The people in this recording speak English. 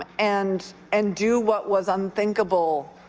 and and do what was unthinkable